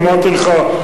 אמרתי לך: